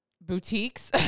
boutiques